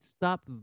stop